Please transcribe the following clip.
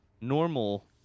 normal